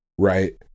Right